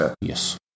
yes